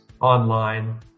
online